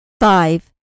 Five